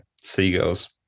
seagulls